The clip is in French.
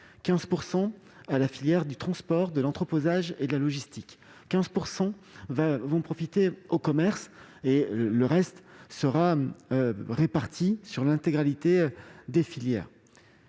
15 % à la filière du transport, de l'entreposage et de la logistique, de 15 % au commerce, le reste se répartissant sur l'intégralité des filières.